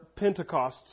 Pentecosts